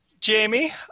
Jamie